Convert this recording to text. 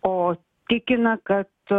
o tikina kad